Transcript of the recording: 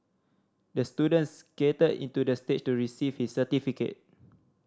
the student skated into the stage to receive his certificate